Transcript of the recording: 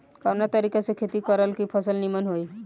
कवना तरीका से खेती करल की फसल नीमन होई?